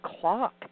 clock